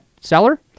seller